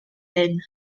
hyn